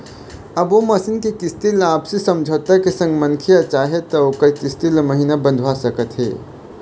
अब ओ मसीन के किस्ती ल आपसी समझौता के संग मनखे ह चाहे त ओखर किस्ती ल महिना बंधवा सकत हे